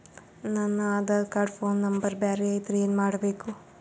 ನನ Aadhaar card phone number ಬ್ಯಾರೆ ಐತ್ರಿ ಏನ ಮಾಡಬೇಕು?